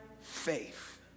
faith